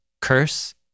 curse